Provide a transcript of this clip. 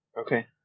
Okay